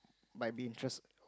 might be interest